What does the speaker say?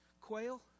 quail